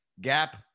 Gap